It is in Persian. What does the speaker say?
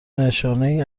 نشانهای